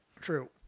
True